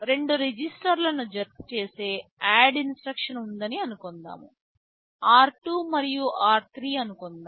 2 రిజిస్టర్లను జతచేసే ADD instruction ఉందని అనుకుందాం r2 మరియు r3 అని అనుకుందాం